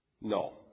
No